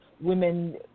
women